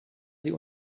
sie